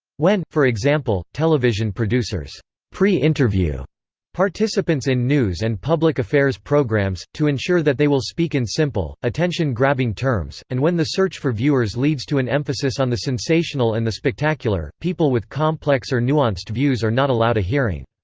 when, for example, television producers pre-interview participants in news and public affairs programs, to ensure that they will speak in simple, attention-grabbing terms, and when the search for viewers leads to an emphasis on the sensational and the spectacular, people with complex or nuanced views are not allowed a hearing.